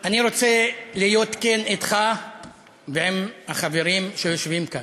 אני רוצה להיות כן אתך ועם החברים שיושבים כאן.